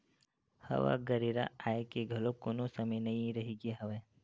हवा गरेरा आए के घलोक कोनो समे नइ रहिगे हवय